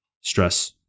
stress